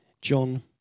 John